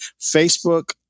Facebook